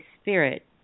Spirit